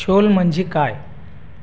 शोल म्हणजे काय